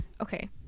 Okay